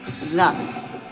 thus